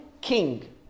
king